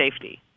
safety